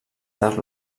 d’art